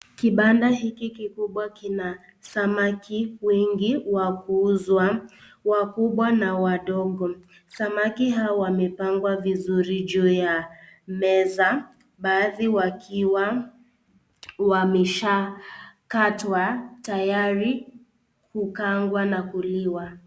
Kibanda hiki kikubwa kina samaki wengi wakuuzwa, wakubwa na wadogo. Samaki hawa wamepangwa vizuri juu ya meza baadi wakiwa wameshakatwa tayari kukaangwa na kuliwa.